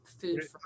food